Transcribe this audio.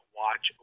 watch